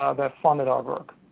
ah that funded our work.